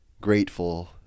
grateful